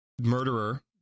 Murderer